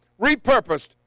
repurposed